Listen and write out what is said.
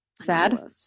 sad